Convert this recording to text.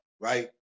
right